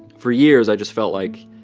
for years, i just felt like